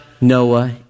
Noah